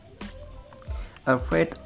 afraid